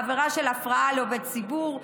עבירות הפרעה לעובד ציבור,